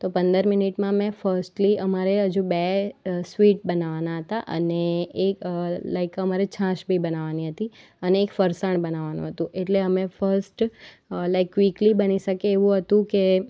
તો પંદર મિનિટમાં મેં ફર્સ્ટલી અમારે હજુ બે સ્વીટ બનાવવાના હતા અને એક લાઇક અમારે છાશ બી બનાવાની હતી અને એક ફરસાણ બનાવવાનું હતું એટલે અમે ફર્સ્ટ લાઇક ક્વિકલી બની શકે એવું હતું કે